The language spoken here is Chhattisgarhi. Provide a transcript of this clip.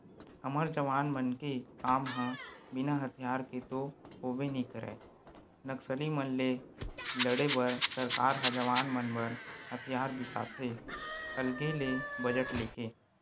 हमर जवान मन के काम ह बिना हथियार के तो होबे नइ करय नक्सली मन ले लड़े बर सरकार ह जवान मन बर हथियार बिसाथे अलगे ले बजट लेके